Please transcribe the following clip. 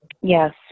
Yes